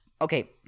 okay